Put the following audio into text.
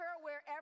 wherever